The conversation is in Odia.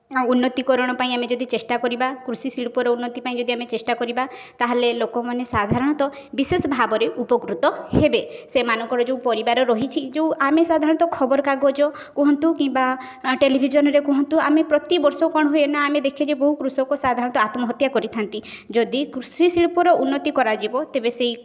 ଉନ୍ନତି କରଣ ପାଇଁ ଆମେ ଯଦି ଚେଷ୍ଟା କରିବା କୃଷି ଶିଳ୍ପର ଉନ୍ନତି ପାଇଁ ଯଦି ଆମେ ଚେଷ୍ଟା କରିବା ତା'ହେଲେ ଲୋକମାନେ ସାଧାରଣତଃ ବିଶେଷ ଭାବରେ ଉପକୃତ ହେବେ ସେମାନଙ୍କର ଯେଉଁ ପରିବାର ରହିଛି ଯେଉଁ ଆମେ ସାଧାରଣତଃ ଖବରକାଗଜ କୁହନ୍ତୁ କିମ୍ବା ଟେଲିଭିଜନରେ କୁହନ୍ତୁ ଆମେ ପ୍ରତିବର୍ଷ କ'ଣ ହୁଏ ନା ଆମେ ଦେଖିଛେ ବହୁ କୃଷକ ସାଧାରଣତଃ ଆତ୍ମହତ୍ୟା କରିଥାନ୍ତି ଯଦି କୃଷିଶିଳ୍ପର ଉନ୍ନତି କରାଯିବ ତେବେ ସେଇ